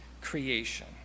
creation